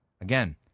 Again